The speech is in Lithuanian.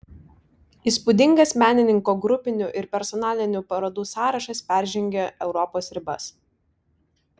įspūdingas menininko grupinių ir personalinių parodų sąrašas peržengia europos ribas